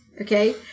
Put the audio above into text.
okay